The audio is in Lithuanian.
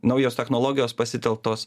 naujos technologijos pasitelktos